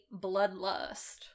Bloodlust